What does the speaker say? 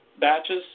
batches